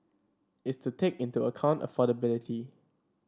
is to take into account affordability